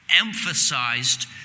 emphasized